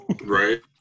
right